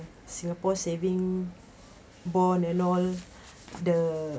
singapore saving bond and all the